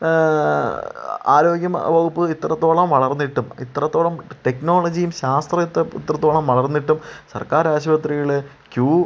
ആരോഗ്യ വകുപ്പ് ഇത്രത്തോളം വളർന്നിട്ടും ഇത്രത്തോളം ടെക്നോളജിയും ശാസ്ത്രം ഇത്ര ഇത്രത്തോളം വളർന്നിട്ടും സർക്കാർ ആശുപത്രികൾ ക്യൂ